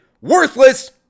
worthless